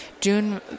June